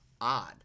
odd